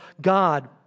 God